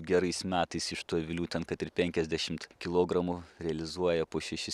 gerais metais iš tų avilių ten kad ir penkiasdešimt kilogramų realizuoja po šešis